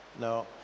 no